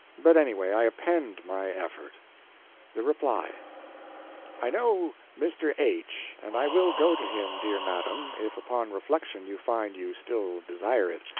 but, anyway, i append my effort the reply i know mr. h, and i will go to him, dear madam, if upon reflection you find you still desire it.